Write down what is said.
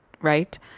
right